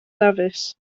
dafis